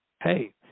hey